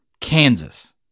Kansas